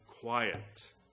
quiet